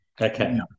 Okay